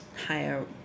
higher